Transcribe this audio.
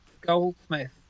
Goldsmith